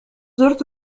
زرت